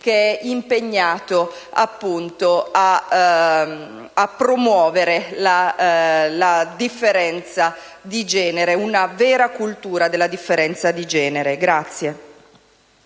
che è impegnato - appunto - a promuovere la differenza di genere: una vera cultura della differenza di genere.